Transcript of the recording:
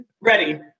Ready